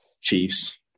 Chiefs